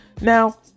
Now